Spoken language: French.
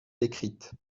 décrites